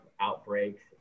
outbreaks